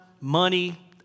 money